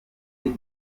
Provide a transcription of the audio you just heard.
ibyo